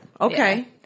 Okay